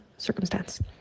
Circumstance